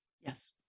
Yes